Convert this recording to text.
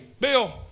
Bill